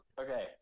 Okay